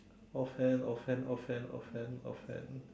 offhand offhand offhand offhand offhand